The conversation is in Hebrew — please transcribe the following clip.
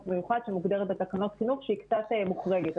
מיוחד שמוגדרת בתקנות חינוך שהיא קצת מוחרגת.